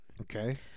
Okay